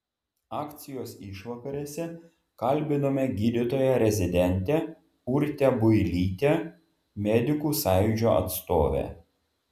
akcijos išvakarėse kalbinome gydytoją rezidentę urtę builytę medikų sąjūdžio atstovę